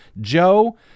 joe